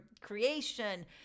creation